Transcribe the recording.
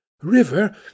River